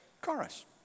chorus